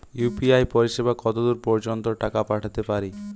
UPI পরিসেবা কতদূর পর্জন্ত টাকা পাঠাতে পারি?